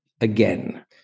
again